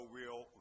real